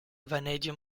vanadium